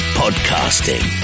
podcasting